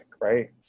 right